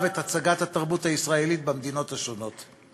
את הצגת התרבות הישראלית במדינות השונות.